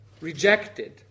rejected